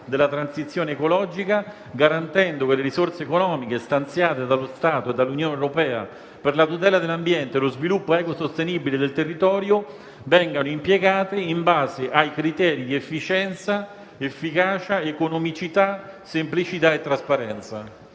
e territoriale, garantendo che le risorse economiche stanziate dallo Stato e dall'Unione europea per la tutela dell'ambiente e lo sviluppo ecosostenibile del territorio vengano impiegate in base ai criteri di efficienza, efficacia, economicità, semplicità e trasparenza;